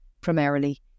primarily